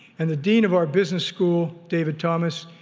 and the dean of our business school, david thomas,